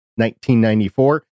1994